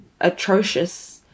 atrocious